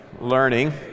learning